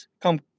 come